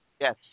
Yes